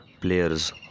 players